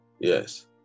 Yes